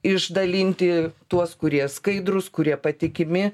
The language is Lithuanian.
išdalinti tuos kurie skaidrūs kurie patikimi